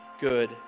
good